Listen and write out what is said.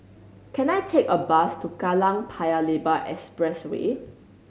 can I take a bus to Kallang Paya Lebar Expressway